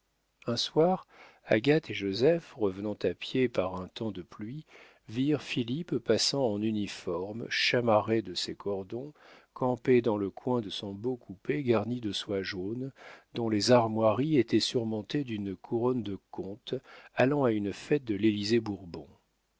un soir agathe et joseph revenant à pied par un temps de pluie virent philippe passant en uniforme chamarré de ses cordons campé dans le coin de son beau coupé garni de soie jaune dont les armoiries étaient surmontées d'une couronne de comte allant à une fête de l'élysée-bourbon